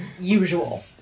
usual